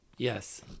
Yes